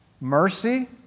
mercy